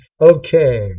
okay